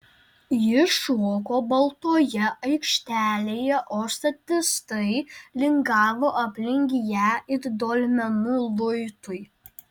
ji šoko baltoje aikštelėje o statistai lingavo aplink ją it dolmenų luitui